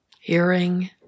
hearing